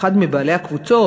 אחד מבעלי הקבוצות,